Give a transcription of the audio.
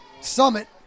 Summit